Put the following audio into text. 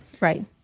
right